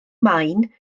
main